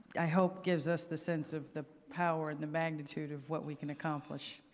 i hope gives us the sense of the power and the magnitude of what we can accomplish.